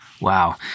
Wow